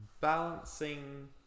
balancing